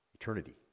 eternity